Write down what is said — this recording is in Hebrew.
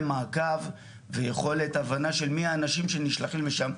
מעקב ויכולת הבנה של מי האנשים שנשלחים לשם,